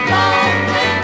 Lonely